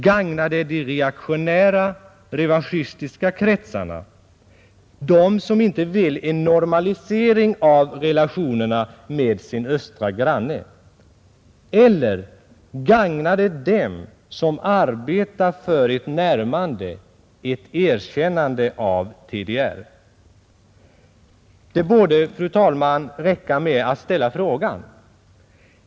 Gagnar det de reaktionära — revanschistiska kretsarna, de som inte vill en normalisering av relationerna med sin östra granne? Eller gagnar det dem som arbetar för ett närmande, ett erkännande av TDR? Det borde, fru talman, räcka med att ställa frågan.